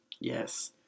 Yes